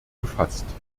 gefasst